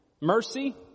mercy